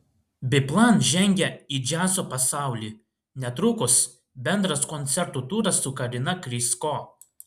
biplan žengia į džiazo pasaulį netrukus bendras koncertų turas su karina krysko